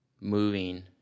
moving